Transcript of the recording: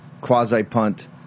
quasi-punt